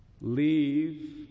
leave